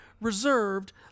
reserved